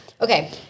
Okay